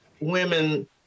women